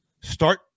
Start